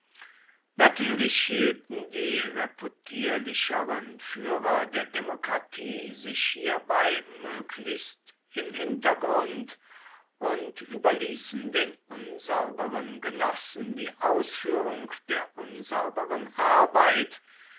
natürlich hielten die reputierlicheren führer der demokratie sich hierbei möglichst im hintergrund und überließen den unsauberen genossen die ausführung der unsauberen arbeit